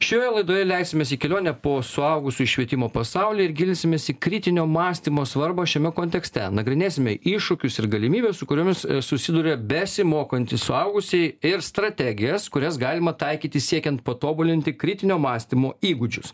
šioje laidoje leisimės į kelionę po suaugusių švietimo pasaulį ir gilinsimės į kritinio mąstymo svarbą šiame kontekste nagrinėsime iššūkius ir galimybes su kuriomis susiduria besimokantys suaugusieji ir strategijas kurias galima taikyti siekiant patobulinti kritinio mąstymo įgūdžius